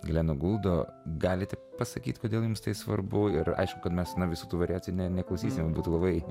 gleno guldo galite pasakyti kodėl jums tai svarbu ir aišku kad mes na visų tų variacijų neklausysime būtų labai